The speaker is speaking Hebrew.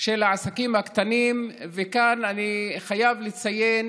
של העסקים הקטנים, וכאן אני חייב לציין